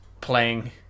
playing